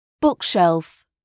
Bookshelf